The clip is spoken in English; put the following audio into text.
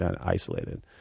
isolated